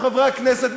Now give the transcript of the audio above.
חברי הכנסת,